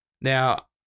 Now